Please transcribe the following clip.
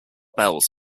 bells